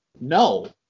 no